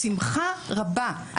בשמחה רבה,